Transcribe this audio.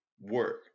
work